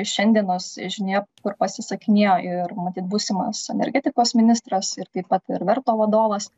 šiandienos žinioje kur pasisakinėjo ir matyt būsimas energetikos ministras ir taip pat ir verto vadovas